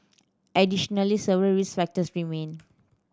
additionally several risk factors remain